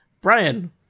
Brian